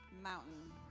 mountain